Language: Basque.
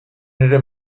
ere